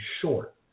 short